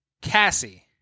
Cassie